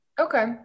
okay